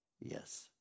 Yes